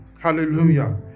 hallelujah